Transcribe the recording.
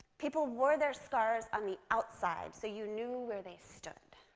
people wore their scars on the outside, so you knew where they stood,